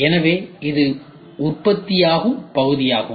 எனவே இது உற்பத்தியாகும் பகுதியாகும்